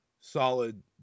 solid